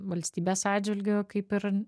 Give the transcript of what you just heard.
valstybės atžvilgiu kaip ir